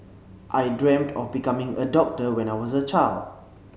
I dreamt of becoming a doctor when I was a child